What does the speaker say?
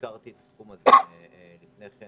הכרתי את התחום לפני כן.